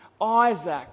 Isaac